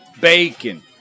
bacon